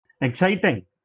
Exciting